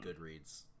Goodreads